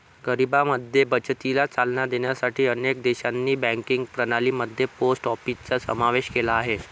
गरिबांमध्ये बचतीला चालना देण्यासाठी अनेक देशांनी बँकिंग प्रणाली मध्ये पोस्ट ऑफिसचा समावेश केला आहे